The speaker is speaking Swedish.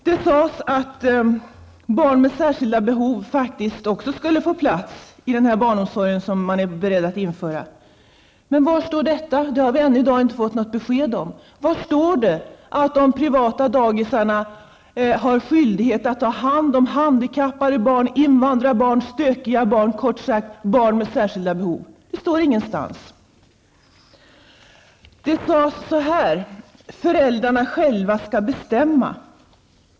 Det sades vidare att faktiskt också barn med särskilda behov skulle få plats i den barnomsorg som man är beredd att införa. Men var står detta? Det har vi ännu i dag inte fått något besked om. Var står det att de privata daghemmen har skyldighet att ta hand om handikappade barn, invandrarbarn, stökiga barn, kort sagt: barn med särskilda behov? Det står ingenstans. Det sades så här: Föräldrarna själva skall bestämma.